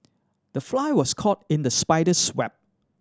the fly was caught in the spider's web